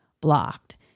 blocked